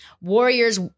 Warriors